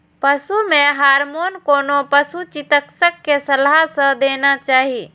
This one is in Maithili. पशु मे हार्मोन कोनो पशु चिकित्सक के सलाह सं देना चाही